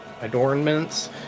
adornments